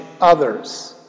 others